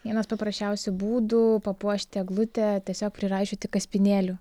vienas paprasčiausių būdų papuošti eglutę tiesiog priraišioti kaspinėlių